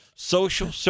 social